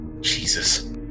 Jesus